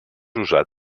usat